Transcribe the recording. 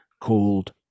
called